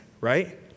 right